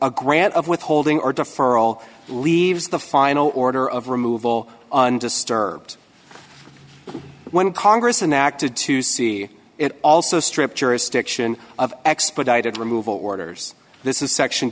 a grant of withholding or deferral leaves the final order of removal undisturbed when congress enact a to see it also stripped jurisdiction of expedited removal orders this is section